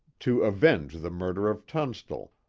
to avenge the murder of tunstall,